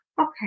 okay